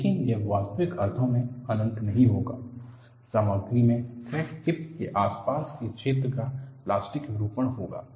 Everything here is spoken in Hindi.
लेकिन यह वास्तविक अर्थों में अनंत नहीं होगा सामग्री में क्रैक टिप के आसपास के क्षेत्र का प्लास्टिक विरूपण होगा